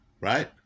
Right